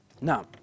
Now